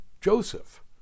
Joseph